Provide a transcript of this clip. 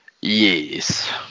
Yes